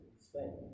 spain